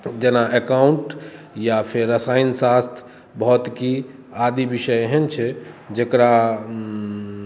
जेना एकाउन्ट या फेर रसायन शास्त्र भौतिकी आदि विषय एहन छै जकरा